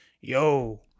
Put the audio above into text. yo